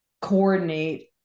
coordinate